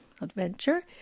adventure